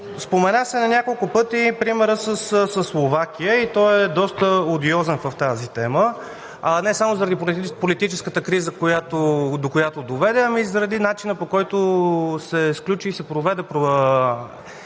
Спомена се на няколко пъти примера със Словакия и той е доста лобиозен в тази тема не само заради политическата криза до която доведе, но и заради начина, по който се сключи и се проведе